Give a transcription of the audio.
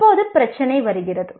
இப்போது பிரச்சினை வருகிறது